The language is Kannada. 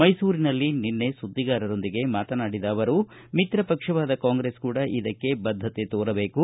ಮೈಸೂರಿನಲ್ಲಿ ನಿನ್ನೆ ಸುದ್ದಿಗಾರರೊಂದಿಗೆ ಮಾತನಾಡಿದ ಅವರು ಮಿತ್ರ ಪಕ್ಷವಾದ ಕಾಂಗ್ರೆಸ್ ಕೂಡ ಇದಕ್ಕೆ ಬದ್ದತೆ ತೋರಬೇಕು